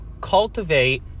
Cultivate